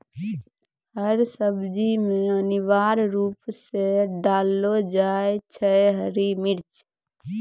हर सब्जी मॅ अनिवार्य रूप सॅ डाललो जाय छै हरी मिर्च